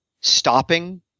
stopping